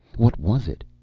what was it?